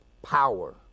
Power